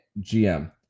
GM